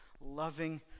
loving